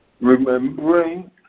Remembering